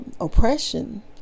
oppression